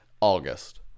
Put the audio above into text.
August